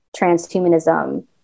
transhumanism